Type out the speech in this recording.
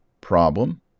problem